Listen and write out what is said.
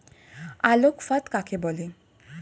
আলোক ফাঁদ কাকে বলে?